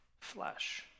flesh